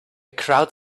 crowd